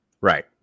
Right